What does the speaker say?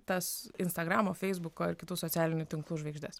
tas instagramo feisbuko ir kitų socialinių tinklų žvaigždes